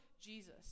Jesus